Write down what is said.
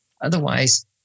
Otherwise